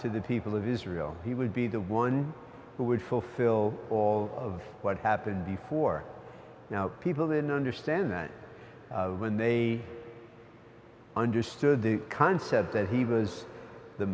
to the people of israel he would be the one who would fulfill all of what happened before people then understand that when they understood the concept that he was the